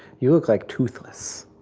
you look like toothless.